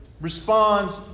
responds